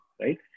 right